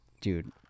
dude